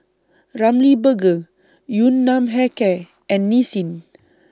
Ramly Burger Yun Nam Hair Care and Nissin